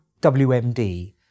WMD